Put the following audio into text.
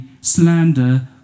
slander